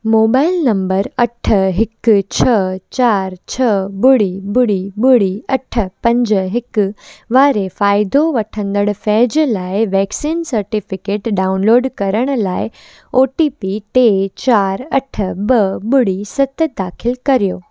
mobile number अठ हिकु छ्ह चार छ्ह ॿुड़ी ॿुड़ी ॿुड़ी अठ पंज हिकु वारे फ़ाइदो वठंदड़ फैज लाइ वैक्सीन सर्टिफिकेट डाउनलोड करण लाइ ओ टी पी टे चार अठ ॿ ॿुड़ी सत दाख़िल कर्यो